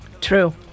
True